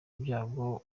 ibyago